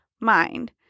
mind